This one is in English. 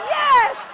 yes